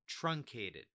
truncated